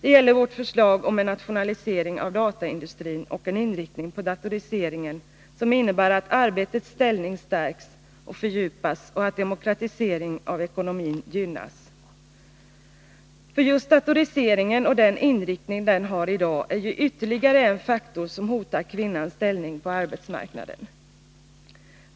Det gäller vårt förslag om en nationalisering av dataindustrin och en inriktning på datoriseringen, som innebär att arbetets ställning stärks och fördjupas och att demokratisering av ekonomin gynnas. Just datoriseringen och den inriktning den har i dag är ytterligare en faktor som hotar kvinnornas ställning på arbetsmarknaden.